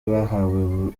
bahawe